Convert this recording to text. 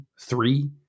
three